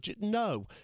No